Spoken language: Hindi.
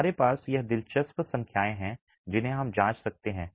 हमारे पास ये दिलचस्प संख्याएं हैं जिन्हें हम जांच सकते हैं